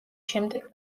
შემდეგ